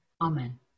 Amen